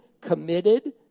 committed